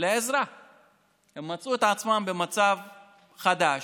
הם מצאו את עצמם במצב חדש,